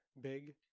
big